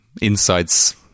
insights